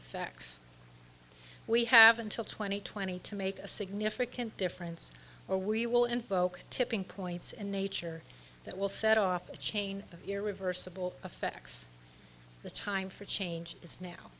effects we have until twenty twenty to make a significant difference or we will invoke tipping points in nature that will set off a chain of irreversible effects the time for change is now